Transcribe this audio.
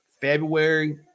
february